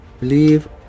believe